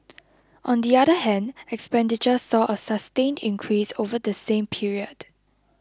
on the other hand expenditure saw a sustained increase over the same period